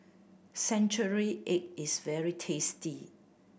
century egg is very tasty